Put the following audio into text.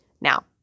Now